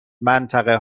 منطقه